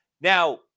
Now